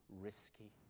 risky